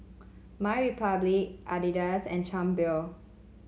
MyRepublic Adidas and Chang Beer